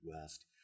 West